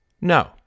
No